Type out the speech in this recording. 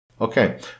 Okay